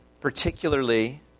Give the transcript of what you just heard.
Particularly